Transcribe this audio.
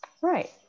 Right